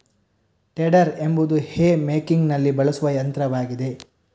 tedder ಎಂಬುದು hay ಮೇಕಿಂಗಿನಲ್ಲಿ ಬಳಸುವ ಯಂತ್ರವಾಗಿದೆ